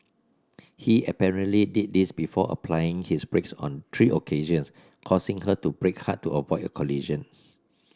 he apparently did this before applying his brakes on three occasions causing her to brake hard to avoid a collision